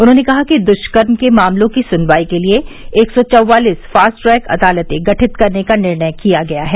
उन्होंने कहा कि दृष्कर्म के मामलों की सुनवाई के लिए एक सौ चौवालीस फास्ट ट्रैक अदालतें गठित करने का निर्णय किया गया है